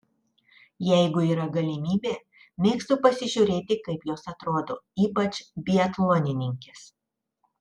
jeigu yra galimybė mėgstu pasižiūrėti kaip jos atrodo ypač biatlonininkės